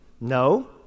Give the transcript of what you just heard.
No